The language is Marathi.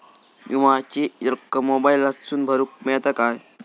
विमाची रक्कम मोबाईलातसून भरुक मेळता काय?